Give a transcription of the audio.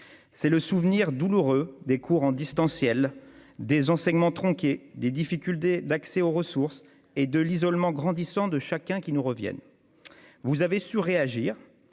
! Le souvenir douloureux des cours en distanciel, des enseignements tronqués, des difficultés d'accès aux ressources et de l'isolement grandissant de chacun a ressurgi.